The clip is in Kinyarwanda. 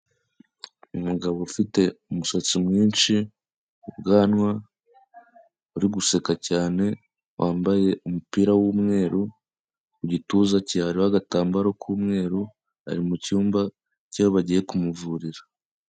Umugabo ufite umusatsi mwinshi, ubwanwa, uri guseka cyane, wambaye umupira w'umweru, mu gituza cye hariho agatambaro k'umweru, ari mu cyumba cyaho bagiye kumuvurira.